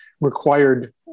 required